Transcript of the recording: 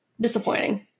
disappointing